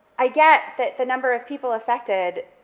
i get that the number of people affected,